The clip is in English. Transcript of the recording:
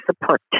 support